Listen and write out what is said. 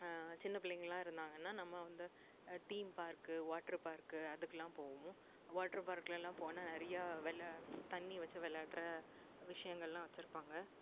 சின்ன பிள்ளைங்கெல்லாம் இருந்தாங்கன்னால் நம்ம வந்து தீம் பார்க்கு வாட்ரு பார்க்கு அதுக்கெலாம் போவோம் வாட்ரு பார்க்குல எல்லாம் போனால் நிறையா வௌ தண்ணி வச்சு விளாட்ற விஷயங்கள்லாம் வச்சிருப்பாங்கள்